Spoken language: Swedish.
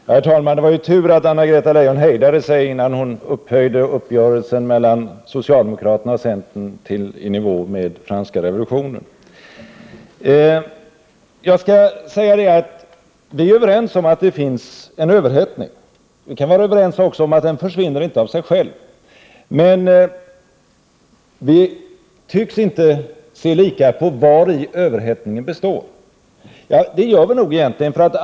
Herr talman! Det var tur att Anna-Greta Leijon hejdade sig innan hon upphöjde uppgörelsen mellan socialdemokraterna och centern till i nivå med franska revolutionen. Vi är överens om att det finns en överhettning. Vi kan också vara överens om att den inte försvinner av sig själv. Men vi tycks inte se likadant på frågan om vari överhettningen består.